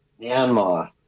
Myanmar